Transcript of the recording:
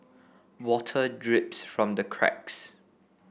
water drips from the cracks